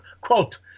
Quote